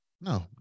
no